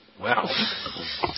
Wow